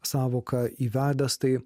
sąvoką įvedęs tai